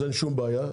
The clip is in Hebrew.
אז אין שום בעיה,